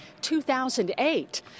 2008